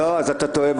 לא, אתה טועה.